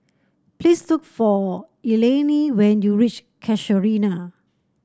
please look for Eleni when you reach Casuarina